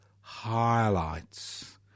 highlights